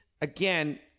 again